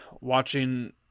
watching